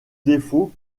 défaut